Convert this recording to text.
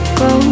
go